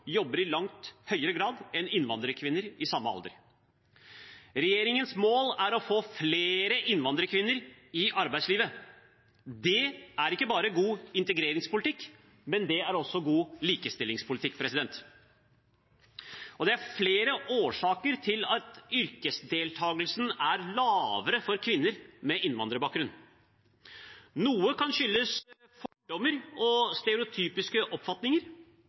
jobber i langt høyere grad enn innvandrerkvinner i samme alder. Regjeringens mål er å få flere innvandrerkvinner i arbeidslivet. Det er ikke bare god integreringspolitikk, men det er også god likestillingspolitikk. Det er flere årsaker til at yrkesdeltakelsen er lavere for kvinner med innvandrerbakgrunn. Noe kan skyldes fordommer og stereotypiske oppfatninger.